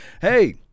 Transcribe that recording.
Hey